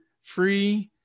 free